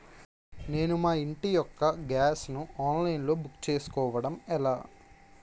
నేను మా ఇంటి యెక్క గ్యాస్ ను ఆన్లైన్ లో బుక్ చేసుకోవడం ఎలా?